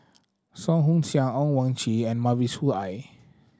Song Ong Siang Owyang Chi and Mavis Khoo Oei